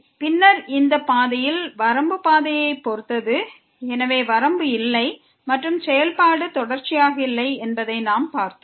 பின்னர் இந்தப் பாதையில் வரம்பு பாதையைப் பொறுத்தது வரம்பு இல்லை மற்றும் செயல்பாடு தொடர்ச்சியாக இல்லை என்பதை நாம் பார்த்தோம்